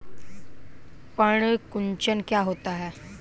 पर्ण कुंचन क्या होता है?